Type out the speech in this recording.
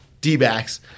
D-backs